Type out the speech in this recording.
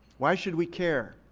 why should we care?